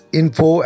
info